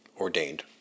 ordained